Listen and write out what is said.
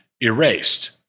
erased